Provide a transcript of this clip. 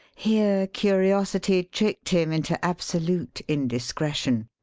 here curiosity tricked him into absolute indiscretion.